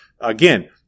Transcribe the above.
again